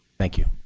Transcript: thank you.